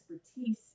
expertise